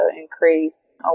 increase